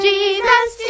Jesus